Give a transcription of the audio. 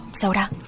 Soda